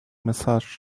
massage